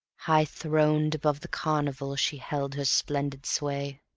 high-throned above the carnival she held her splendid sway.